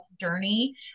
journey